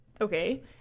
Okay